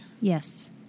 Yes